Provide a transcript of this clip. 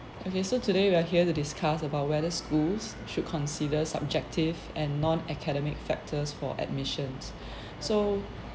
okay so today we are here to discuss about whether schools should consider subjective and non academic factors for admissions so